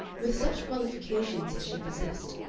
with such qualifications as she possessed,